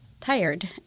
tired